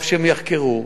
טוב שהם יחקרו.